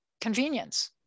Convenience